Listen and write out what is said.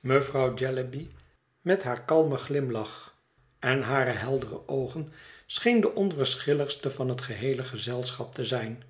mevrouw jellyby met haar kalmen glimlach en hare heldere oogen scheen de onverschilligste van het geheele gezelschap te zijn